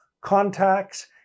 Contacts